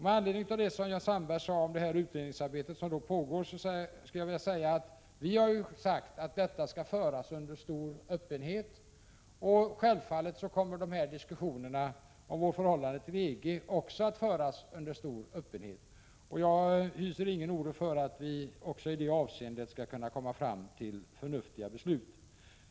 Med anledning av vad Jan Sandberg anförde om det utredningsarbete som pågår vill jag betona att vi sagt att detta arbete skall föras under stor öppenhet. Självfallet kommer diskussionerna om vårt förhållande till EG också att föras under stor öppenhet. Jag hyser ingen oro för att vi i det avseendet inte skulle kunna komma fram till förnuftiga beslut.